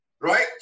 right